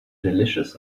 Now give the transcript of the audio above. delicious